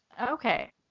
okay